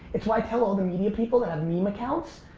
it's why i tell all the media people that have meme accounts,